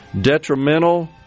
detrimental